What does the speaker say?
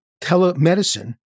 telemedicine